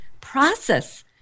process